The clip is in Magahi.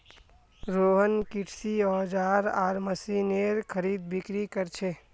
रोहन कृषि औजार आर मशीनेर खरीदबिक्री कर छे